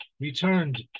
returned